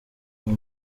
uwo